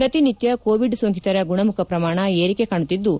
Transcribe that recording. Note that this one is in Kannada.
ಪ್ರತಿನಿತ್ನ ಕೋವಿಡ್ ಸೋಂಕಿತರ ಗುಣಮುಖ ಪ್ರಮಾಣ ಏರಿಕೆ ಕಾಣುತ್ತಿದ್ಲು